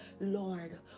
Lord